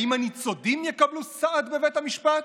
האם הניצודים יקבלו סעד בבית המשפט?